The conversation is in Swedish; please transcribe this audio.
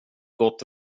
gott